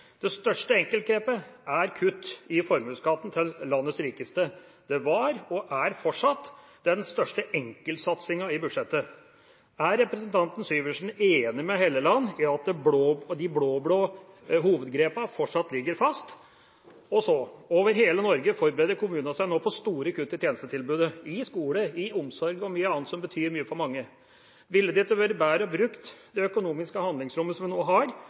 Det største enkeltgrepet er kutt i formuesskatten til landets rikeste. Det var og er fortsatt den største enkeltsatsingen i budsjettet. Er representanten Syversen enig med Helleland i at de blå-blå hovedgrepene fortsatt ligger fast? Over hele Norge forbereder kommunene seg nå på store kutt i tjenestetilbudet i skole, i omsorg og i mye annet som betyr mye for mange. Ville det ikke vært bedre å bruke det økonomiske handlingsrommet som vi nå har,